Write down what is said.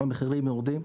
המחירים יורדים.